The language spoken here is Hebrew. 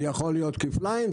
זה יכול להיות כפליים,